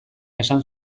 esan